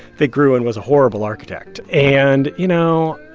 think gruen was a horrible architect and you know,